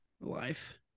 life